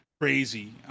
crazy